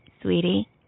Sweetie